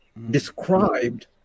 described